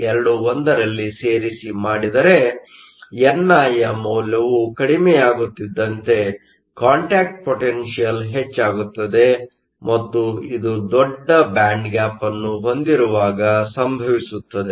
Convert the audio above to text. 21 ರಲ್ಲಿ ಸೇರಿಸಿ ಮಾಡಿದರೆ ni ಯ ಮೌಲ್ಯವು ಕಡಿಮೆಯಾಗುತ್ತಿದ್ದಂತೆ ಕಾಂಟ್ಯಾಕ್ಟ್ ಪೊಟೆನ್ಷಿಯಲ್Contact potential ಹೆಚ್ಚಾಗುತ್ತದೆ ಮತ್ತು ಇದು ದೊಡ್ಡ ಬ್ಯಾಂಡ್ ಗ್ಯಾಪ್Band gap ಅನ್ನು ಹೊಂದಿರುವಾಗ ಸಂಭವಿಸುತ್ತದೆ